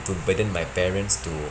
to burden my parents to